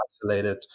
isolated